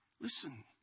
Listen